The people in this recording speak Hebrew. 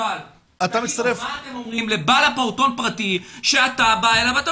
אבל מה אתם אומרים לבעל פעוטון פרטי שאתה בא אליו ואתה